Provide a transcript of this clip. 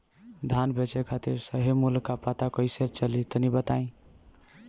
धान बेचे खातिर सही मूल्य का पता कैसे चली तनी बताई?